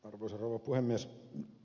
arvoisa rouva puhemies